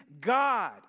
God